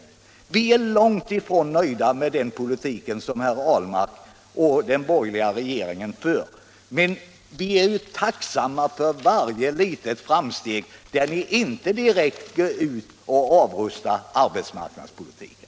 Vi är långt ifrån nöjda med den politik som herr Ahlmark och den borgerliga regeringen för. Men vi är tacksamma för varje litet framsteg när ni inte direkt går ut och avrustar arbetsmarknadspolitiken.